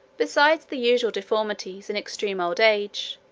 besides the usual deformities in extreme old age,